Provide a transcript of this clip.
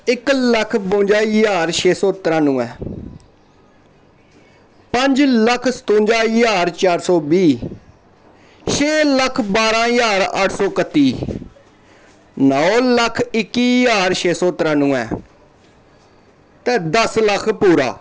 इक्क लक्ख बुंजा ज्हार छे सौ तरानुए पंज लक्ख सतुंजा ज्हार पंज सौ बीह् छे लक्ख बारां ज्हार अट्ठ सौ कत्ती नौ लक्ख इक्की ज्हार छे सौ तरानुए ते दस्स लक्ख पूरा